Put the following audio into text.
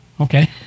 Okay